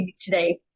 today